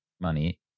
money